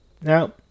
Now